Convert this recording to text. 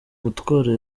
umutware